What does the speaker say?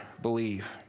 believe